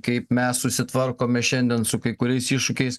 kaip mes susitvarkome šiandien su kai kuriais iššūkiais